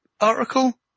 article